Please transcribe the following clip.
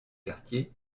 quartiers